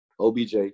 OBJ